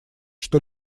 что